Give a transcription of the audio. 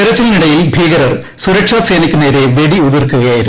തെരച്ചിലിനിടയിൽ ഭീകരർ സുരക്ഷാസേനയ്ക്കുനേരെ വെടിയുതിർക്കുകയായിരുന്നു